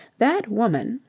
that woman.